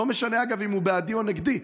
אגב, לא משנה אם הוא בעדי או נגדי.